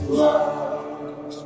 love